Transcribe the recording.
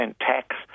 tax